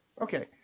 Okay